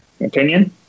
opinion